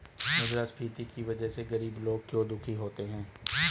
मुद्रास्फीति की वजह से गरीब लोग क्यों दुखी होते हैं?